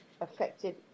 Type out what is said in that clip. affected